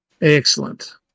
Excellent